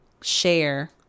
share